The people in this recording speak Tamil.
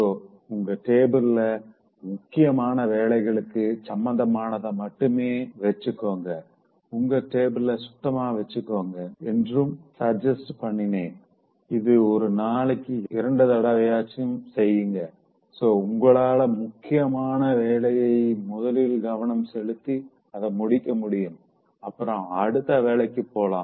சோஉங்க டேபில முக்கியமான வேலைகளுக்கு சம்பந்தமானத மட்டும் வச்சிக்கோங்க உங்க டேபில சுத்தமா வச்சுக்கோங்க என்றும் சஜஸ்ட் பண்ணேன் இது ஒரு நாளைக்கு இரண்டு தடவயாட்சியும் செய்ங்க சோ உங்களால முக்கியமான வேலையில் முதல்ல கவனம் செலுத்தி அத முடிக்க முடியும் அப்புறம் அடுத்த வேலைக்கு போலாம்